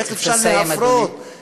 איך אפשר להפרות, אתה צריך לסיים, אדוני.